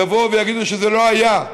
יבואו ויגידו שזה לא היה,